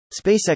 SpaceX